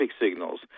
signals